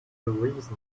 reason